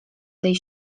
tej